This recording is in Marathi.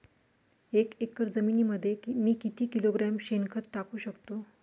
एक एकर जमिनीमध्ये मी किती किलोग्रॅम शेणखत टाकू शकतो?